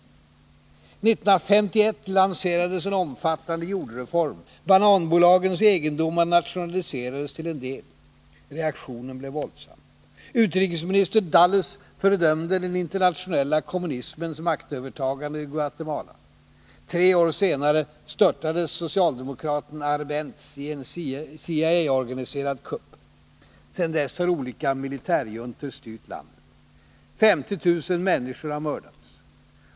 1951 lanserades en omfattande jordreform, bananbolagens egendomar nationaliserades till en del. Reaktionen blev våldsam. Utrikesminister Dulles fördömde ”den internationella kommunismens maktövertagande” i Guatemala. Tre år senare störtades socialdemokraten Arbenz i en CIA organiserad kupp. Sedan dess har olika militärjuntor styrt landet. 50 000 människor har mördats.